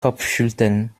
kopfschütteln